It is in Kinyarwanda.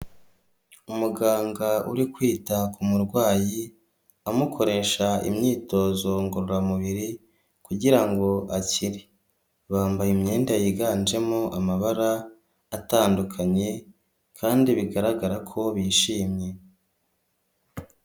Umuganga uri kwita ku murwayi amukoresha imyitozo ngororamubiri kugira ngo akire. Bambaye imyenda yiganjemo amabara atandukanye kandi bigaragara ko bishimye.